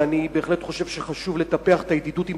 ואני בהחלט חושב שחשוב לטפח את הידידות עם